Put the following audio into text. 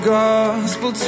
gospel